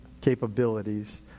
capabilities